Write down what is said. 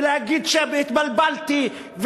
והתבלבלתי,